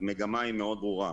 המגמה מאוד ברורה.